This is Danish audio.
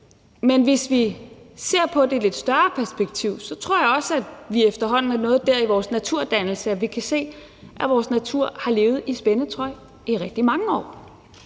men hvis vi ser på det i et lidt større perspektiv, tror jeg også at vi efterhånden er nået dertil i vores naturdannelse, at vi kan se, at vores natur har levet i spændetrøje i rigtig mange år.